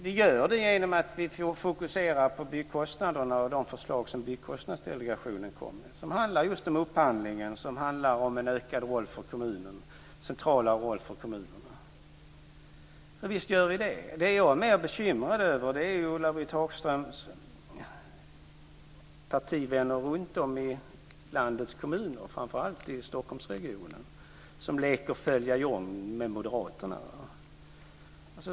Vi gör det här genom att vi fokuserar på byggkostnaderna och de förslag som Byggkostnadsdelegationen kom med som handlar just om upphandlingen och om en mer central roll för kommunerna. Visst gör vi det här! Det jag är mer bekymrad över är ju Ulla-Britt Hagströms partivänner runt om i landets kommuner, framför allt i Stockholmsregionen, som leker följa John med moderaterna.